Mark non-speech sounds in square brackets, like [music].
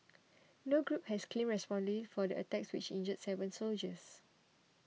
no group has claimed [unintelligible] for the attacks which injured seven soldiers